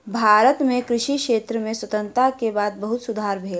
भारत मे कृषि क्षेत्र में स्वतंत्रता के बाद बहुत सुधार भेल